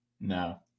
No